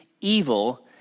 evil